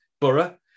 Borough